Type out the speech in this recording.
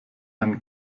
einen